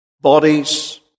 bodies